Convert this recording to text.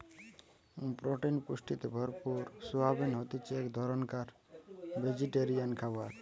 protein পুষ্টিতে ভরপুর soyabean হতিছে এক ধরণকার ভেজিটেরিয়ান খাবার